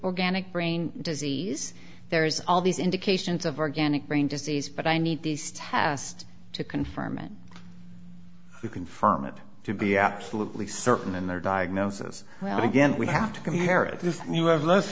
organic brain disease there's all these indications of organic brain disease but i need this test to confirm an you confirm it to be absolutely certain and their diagnosis well again we have to come here at this new have less